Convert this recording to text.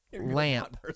Lamp